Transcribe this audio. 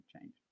change